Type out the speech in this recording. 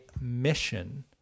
mission